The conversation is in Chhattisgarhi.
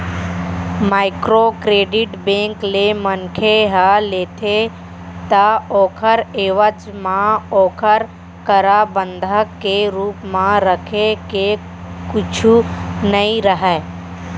माइक्रो क्रेडिट बेंक ले मनखे ह लेथे ता ओखर एवज म ओखर करा बंधक के रुप म रखे के कुछु नइ राहय